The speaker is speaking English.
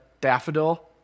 Daffodil